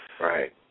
Right